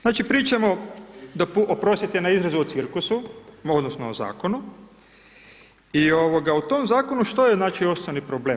Znači, pričamo, oprostite na izrazu, o cirkusu odnosno o Zakonu i u tom Zakonu što je, znači, osnovni problem?